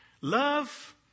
Love